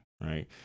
right